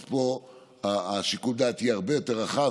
אז פה שיקול הדעת יהיה הרבה יותר רחב,